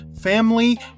family